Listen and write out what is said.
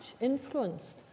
influenced